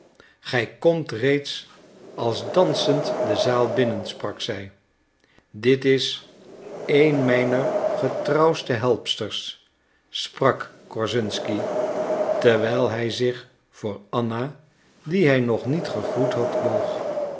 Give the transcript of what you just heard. gij komt reeds als dansend de zaal binnen sprak zij dit is een mijner getrouwste helpsters sprak korszunsky terwijl hij zich voor anna die hij nog niet gegroet had boog